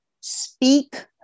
speak